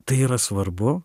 tai yra svarbu